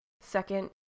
Second